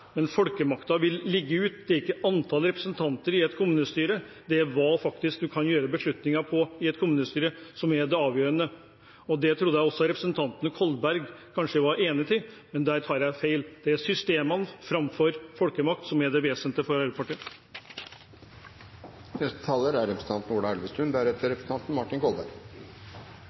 men folkemakten vil ligge ute – det er ikke antallet representanter i et kommunestyre, det er hva man faktisk kan gjøre beslutninger om i et kommunestyre, som er det avgjørende. Det trodde jeg at også representanten Kolberg kanskje var enig i, men der tok jeg feil. Det er systemene framfor folkemakt som er det vesentlige for Arbeiderpartiet. Det var også representanten